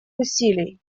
усилий